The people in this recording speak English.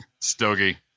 stogie